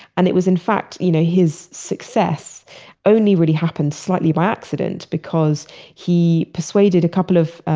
and it was in fact, you know his success only really happened slightly by accident because he persuaded a couple of